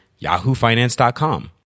yahoofinance.com